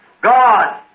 God